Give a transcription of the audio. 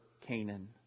Canaan